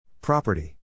Property